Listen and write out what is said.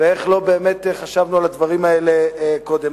באמת איך לא חשבנו על הדברים האלה קודם.